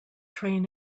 train